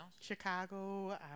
Chicago